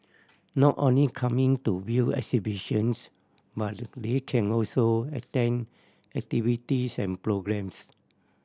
not only coming to view exhibitions but they can also attend activities and programmes